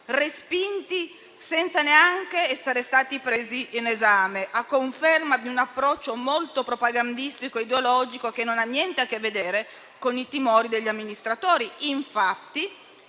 respinti senza neanche essere stati presi in esame, a conferma di un approccio molto propagandistico ed ideologico, che non ha niente a che vedere con i timori degli amministratori. Infatti,